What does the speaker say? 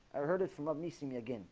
i heard it from love me singing again